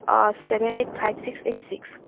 অঁ seven eight five six eight six